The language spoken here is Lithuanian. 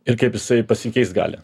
ir kaip jisai pasikeist gali